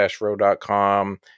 row.com